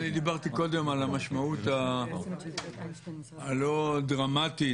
אני דיברתי קודם על המשמעות הלא דרמטית